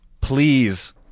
Please